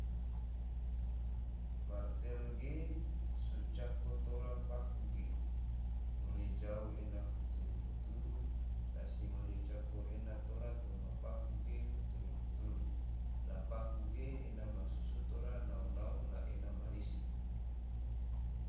martel ge so cako tora paku ge, ngone jau ena fturu-fturu, rasi ngone cako ena tora toma paku ge fturu-fturu, la paku ge ena masusu tora nao-nao, la ena marisi.".